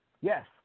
Yes